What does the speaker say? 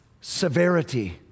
severity